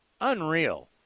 Unreal